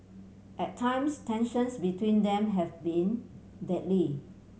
at times tensions between them have been deadly